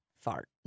Fart